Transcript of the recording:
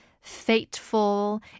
fateful